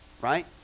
right